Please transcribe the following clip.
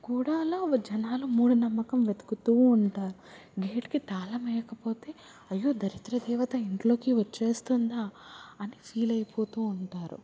కూడాలా వ జనాలు మూఢనమ్మకాలు వెతుకుతూ ఉంటారు గేట్కి తాళం వెయ్యకపోతే అయ్యో దరిద్ర దేవత ఇంట్లోకి వచ్చేస్తుందా అని ఫీల్ అయిపోతూ ఉంటారు